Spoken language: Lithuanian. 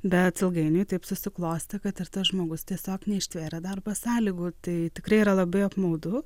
bet ilgainiui taip susiklostė kad ir tas žmogus tiesiog neištvėrė darbo sąlygų tai tikrai yra labai apmaudu